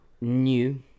new